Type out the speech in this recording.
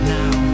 now